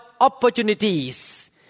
opportunities